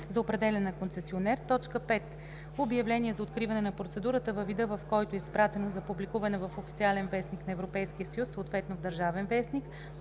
за определяне на концесионер; 5. обявление за откриване на процедурата във вида, в който е изпратено за публикуване в „Официален вестник“ на Европейския съюз, съответно в „Държавен вестник“;